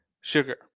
sugar